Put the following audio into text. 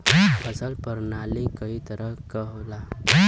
फसल परनाली कई तरह क होला